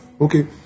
Okay